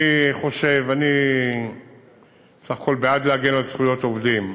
אני בסך הכול בעד להגן על זכויות עובדים.